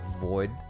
void